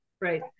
right